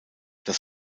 das